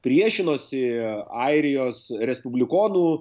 priešinosi airijos respublikonų